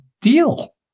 deal